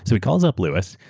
so he calls up louis,